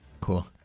Cool